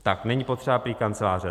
Tak, není potřeba prý kanceláře.